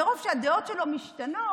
מרוב שהדעות שלו משתנות,